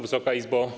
Wysoka Izbo!